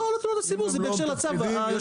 לא תלונות הציבור,